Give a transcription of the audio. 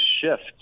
shift